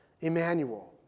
Emmanuel